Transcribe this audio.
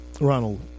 Ronald